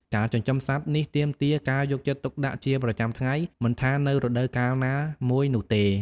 ការចិញ្ចឹមសត្វនេះទាមទារការយកចិត្តទុកដាក់ជាប្រចាំថ្ងៃ មិនថានៅរដូវកាលណាមួយនោះទេ។